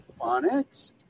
phonics